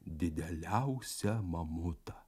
dideliausią mamutą